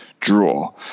draw